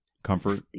comfort